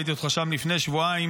ראיתי אותך שם לפני שבועיים,